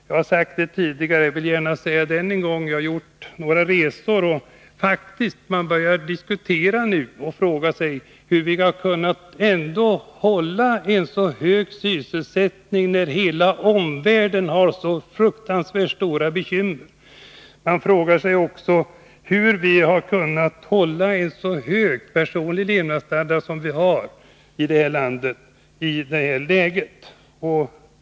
Jag har sagt det tidigare men vill gärna säga det en gång till att jag har gjort några resor och därvid funnit att man börjat diskutera hur vi kunnat hålla en så hög sysselsättning, när hela omvärlden har så fruktansvärt stora bekymmer. Man frågar sig också hur vi i detta läge har kunnat behålla en så hög personlig levnadsstandard som vi har i det här landet.